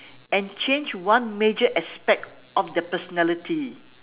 and change one major aspect of their personality